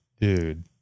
dude